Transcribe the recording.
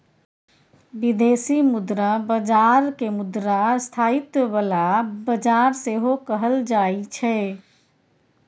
बिदेशी मुद्रा बजार केँ मुद्रा स्थायित्व बला बजार सेहो कहल जाइ छै